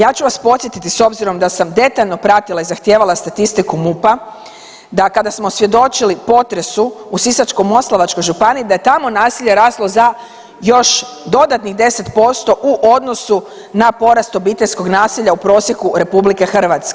Ja ću vas podsjetiti s obzirom da sam detaljno pratila i zahtijevala statistiku MUP-a da kada smo svjedočili potresu u Sisačko-moslavačkoj županiji da je tamo nasilje raslo za još dodatnih 10% u odnosu na porast obiteljskog nasilja u prosjeku RH.